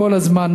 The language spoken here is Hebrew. כל הזמן,